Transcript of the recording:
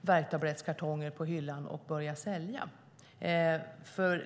värktablettskartonger på hyllan och börja sälja.